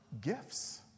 gifts